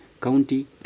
county